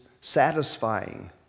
satisfying